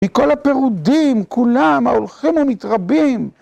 מכל הפירודים, כולם, ההולכים ומתרבים